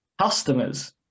customers